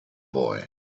boy